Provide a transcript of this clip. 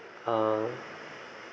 ah